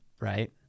right